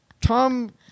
Tom